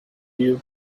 you